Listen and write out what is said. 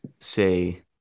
say